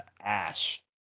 Ash